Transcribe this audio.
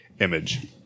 image